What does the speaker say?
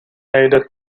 nejde